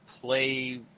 play